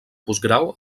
postgrau